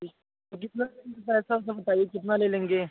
जी तो कितना पैसा वैसा बताइए कितना ले लेंगे